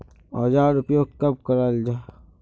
औजार उपयोग कब कराल जाहा जाहा?